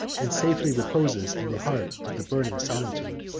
and safely reposes in the heart of the burning solitude.